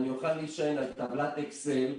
אני אוכל להישען על טבלת אקסל.